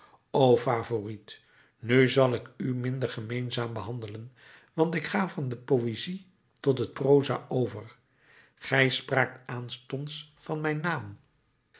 favourite nu zal ik u minder gemeenzaam behandelen want ik ga van de poëzie tot het proza over gij spraakt aanstonds van mijn naam